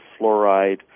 fluoride